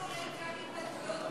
האם זה כולל גם התבטאויות גזעניות?